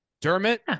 Dermot